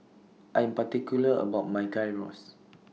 I Am particular about My Gyros